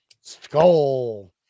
Skull